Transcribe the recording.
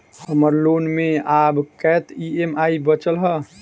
हम्मर लोन मे आब कैत ई.एम.आई बचल ह?